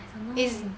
I don't know